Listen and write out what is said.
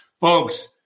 folks